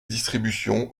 distributions